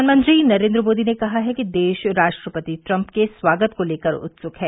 प्रधानमंत्री नरेंद्र मोदी ने कहा है कि देश राष्ट्रपति ट्रम्प के स्वागत को लेकर उत्सुक है